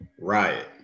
Riot